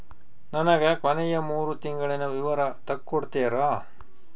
ನನಗ ಕೊನೆಯ ಮೂರು ತಿಂಗಳಿನ ವಿವರ ತಕ್ಕೊಡ್ತೇರಾ?